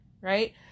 right